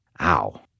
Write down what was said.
Ow